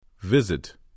Visit